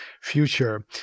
future